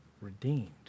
redeemed